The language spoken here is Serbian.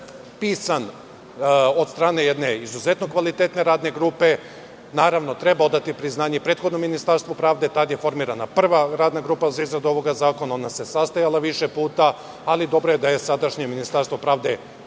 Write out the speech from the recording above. pisan od strane jedne izuzetno kvalitetne radne grupe. Naravno, treba odati priznanje i prethodnom Ministarstvu pravde. Tada je formirana prva radna grupa za izradu ovoga zakona. Ona se sastajala više puta. Ali, dobro je da je sadašnje Ministarstvo pravde